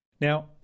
Now